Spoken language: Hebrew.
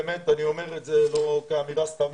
באמת אני אומר את זה לא כאמירה סתמית,